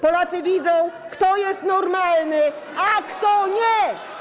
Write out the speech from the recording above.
Polacy widzą, kto jest normalny, a kto nie.